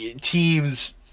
teams